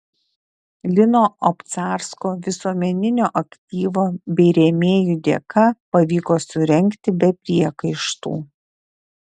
lino obcarsko visuomeninio aktyvo bei rėmėjų dėka pavyko surengti be priekaištų